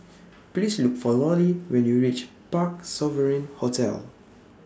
Please Look For Lollie when YOU REACH Parc Sovereign Hotel